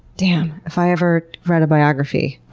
damn, if i ever write a biography,